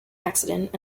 accident